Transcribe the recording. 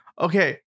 Okay